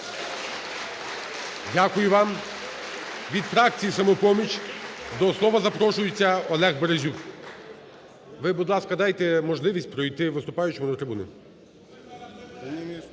Дякую вам. Від фракції "Самопоміч" до слова запрошується Олег Березюк. Ви, будь ласка, дайте можливість пройти виступаючому до трибуни.